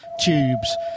tubes